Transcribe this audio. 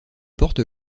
porte